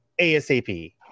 ASAP